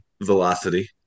velocity